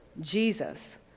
Jesus